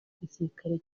gisirikare